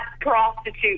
prostitute